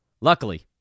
Luckily